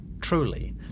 Truly